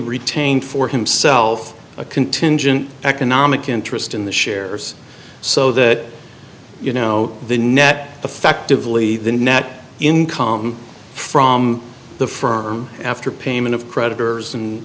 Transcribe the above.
retained for himself a contingent economic interest in the shares so that you know the net effect of li the net income from the firm after payment of creditors and